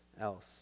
else